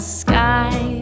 sky